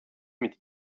mit